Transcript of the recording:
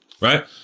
Right